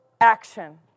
action